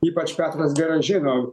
ypač petras gerai žino